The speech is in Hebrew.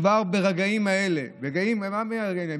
כבר ברגעים האלה, מה ברגעים אלה?